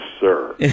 sir